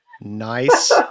Nice